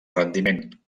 rendiment